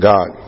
God